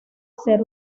ser